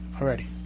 Already